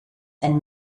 and